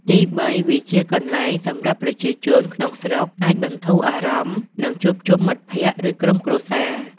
ទីបី វាជាកន្លែងសម្រាប់ប្រជាជនក្នុងស្រុកអាចបន្ធូរអារម្មណ៍ និងជួបជុំមិត្តភក្តិ ឬក្រុមគ្រួសារ។